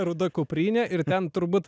ruda kuprinė ir ten turbūt